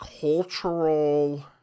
cultural